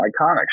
iconic